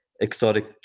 exotic